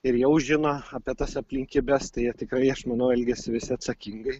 ir jau žino apie tas aplinkybes tai jie tikrai aš manau elgiasi visi atsakingai